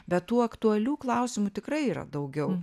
bet tų aktualių klausimų tikrai yra daugiau